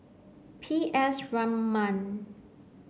P S Raman